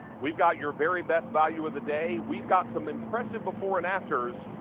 we've got your very best value of the day. we've got some impressive before and afters.